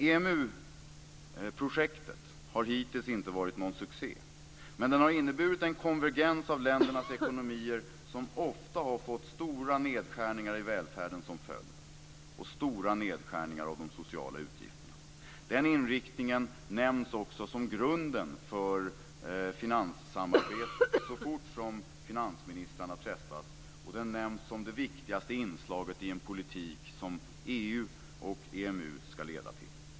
EMU-projektet har hittills inte varit någon succé men det har inneburit en konvergens av ländernas ekonomier som ofta fått stora nedskärningar i välfärden som följd, liksom stora nedskärningar i de sociala utgifterna. Den inriktningen nämns också som grunden för finanssamarbetet så fort finansministrarna träffas och det nämns som det viktigaste inslaget i en politik som EU och EMU ska leda till.